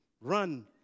run